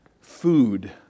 food